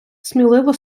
сміливо